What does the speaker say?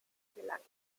gelang